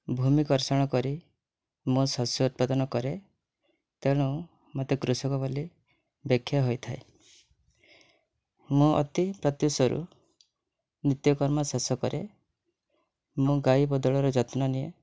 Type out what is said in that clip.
ଭୂମି କର୍ଷଣ କରି ମୁଁ ଶସ୍ୟ ଉତ୍ପାଦନ କରେ ତେଣୁ ମତେ କୃଷକ ବୋଲି ବ୍ୟାଖ୍ୟା ହୋଇଥାଏ ମୁଁ ଅତି ପ୍ରତ୍ୟୁଷରୁ ନିତ୍ୟକର୍ମ ଶେଷକରେ ମୁଁ ଗାଈ ବଳଦର ଯତ୍ନ ନିଏ